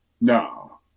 No